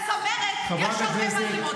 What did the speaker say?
לצמרת יש הרבה מה ללמוד מהם.